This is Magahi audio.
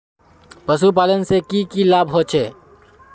पशुपालन से की की लाभ होचे?